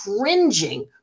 cringing